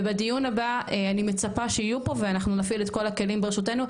ובדיון הבא אני מצפה שיהיו פה ואנחנו נפעיל את כל הכלים שברשותנו.